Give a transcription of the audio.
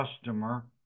customer